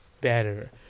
better